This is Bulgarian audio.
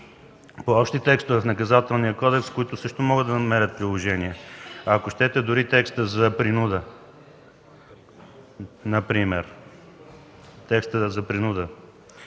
още текстове в Наказателния кодекс, които също могат да намерят приложения. Ако щете дори текста за принуда например! Вашата хитрост